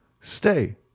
Stay